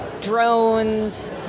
drones